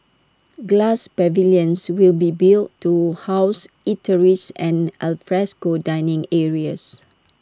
glass pavilions will be built to house eateries and alfresco dining areas